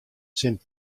sint